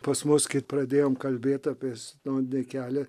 pas mus kai pradėjom kalbėt apie sinodinį kelią